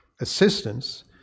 assistance